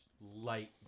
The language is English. light